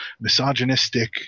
misogynistic